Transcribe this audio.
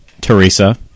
Teresa